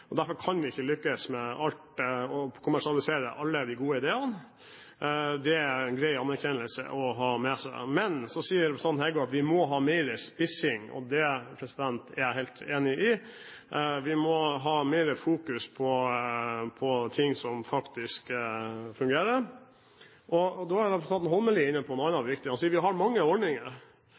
i. Derfor kan vi ikke lykkes med alt og kommersialisere alle de gode ideene. Det er en grei erkjennelse å ha med seg. Så sier representanten Heggø at vi må ha mer spissing. Det er jeg helt enig i. Vi må ha mer fokus på ting som faktisk fungerer. Og da var representanten Holmelid inne på noe annet viktig. Han sier vi har mange ordninger.